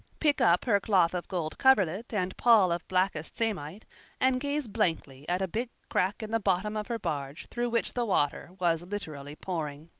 pick up her cloth of gold coverlet and pall of blackest samite and gaze blankly at a big crack in the bottom of her barge through which the water was literally pouring.